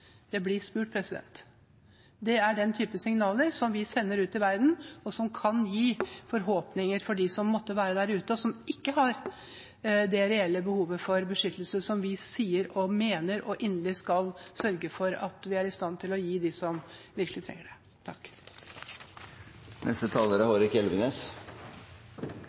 det blir spurt – er det den typen signaler som vi sender ut i verden, og som kan gi forhåpninger til dem som måtte være der ute, og som ikke har det reelle behovet for beskyttelse som vi sier, som vi mener, og som vi inderlig skal sørge for at vi er i stand til å gi til dem som virkelig trenger det.